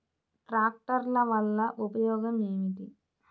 ట్రాక్టర్ల వల్ల ఉపయోగం ఏమిటీ?